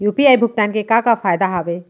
UPI भुगतान के का का फायदा हावे?